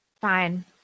Fine